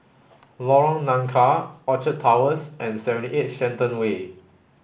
Lorong Nangka Orchard Towers and seventy eight Shenton Way